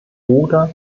oder